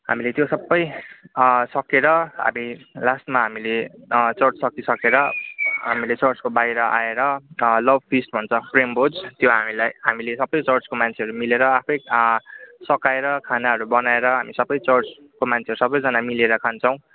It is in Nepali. हामीले त्यो सबै सकेर हामी लास्टमा हामीले चर्च सकिसकेर हामीले चर्चको बाहिर आएर लभ फिस्ट भन्छ प्रेम भोज त्यो हामीलाई हामीले सबै चर्चको मान्छेहरू मिलेर आफै पकाएर खानाहरू बनाएर हामी सबै चर्चको मान्छेहरू सबजना मिलेर खान्छौँ